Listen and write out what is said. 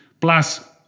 Plus